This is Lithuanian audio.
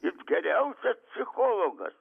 jis geriausias psichologas